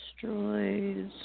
Destroys